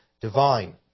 divine